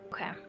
Okay